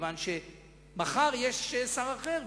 מכיוון שמחר יהיה שר אחר,